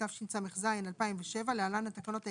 התשס"ז- 2007 (להלן- התקנות העיקריות),